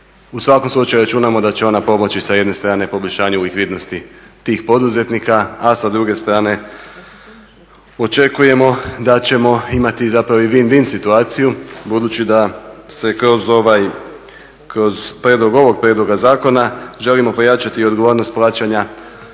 U svakom slučaju računamo da će ona pomoći sa jedne strane poboljšanje likvidnosti tih poduzetnika, a sa druge strane očekujemo da ćemo imati zapravo i vin vin situaciju budući da se kroz ovaj, kroz prijedlog ovog prijedloga zakona želimo pojačati i odgovornost plaćanja